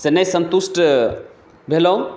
सँ नहि सन्तुष्ट भेलहुँ